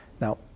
Now